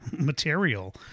material